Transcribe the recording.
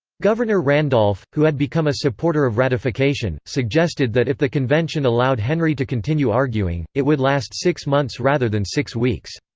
governor randolph, who had become a supporter of ratification, suggested that if the convention allowed henry to continue arguing, it would last six months rather than six weeks.